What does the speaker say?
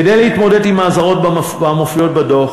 כדי להתמודד עם האזהרות המופיעות בדוח